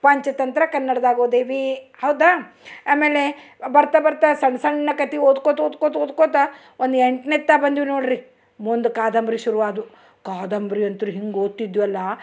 ಪಂಚತಂತ್ರ ಕನ್ನಡ್ದಾಗೆ ಓದೇವೆ ಹೌದಾ ಆಮೇಲೆ ಬರ್ತಾ ಬರ್ತಾ ಸಣ್ಣ ಸಣ್ಣ ಕಥೆ ಓದ್ಕೋತ ಓದ್ಕೋತ ಓದ್ಕೋತ ಒಂದು ಎಂಟನೇತಿ ಬಂದ್ವಿ ನೋಡಿರಿ ಮುಂದೆ ಕಾದಂಬರಿ ಶುರು ಆದವು ಕಾದಂಬರಿ ಅಂತೂ ಹೆಂಗೆ ಓದ್ತಿದ್ವಲ್ವ